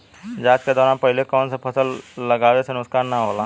जाँच के दौरान पहिले कौन से फसल लगावे से नुकसान न होला?